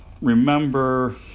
Remember